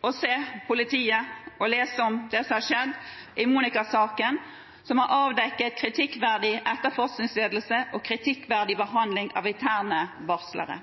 å se politiet og lese om det som har skjedd i Monika-saken, som har avdekket kritikkverdig etterforskningsledelse og kritikkverdig behandling av interne varslere.